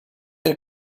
and